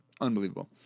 Unbelievable